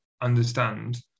understand